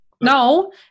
No